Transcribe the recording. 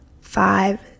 five